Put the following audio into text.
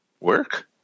work